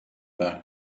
back